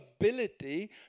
ability